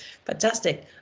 Fantastic